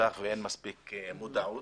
מפותח ואין מספיק מודעות.